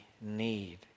need